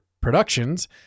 Productions